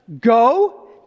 go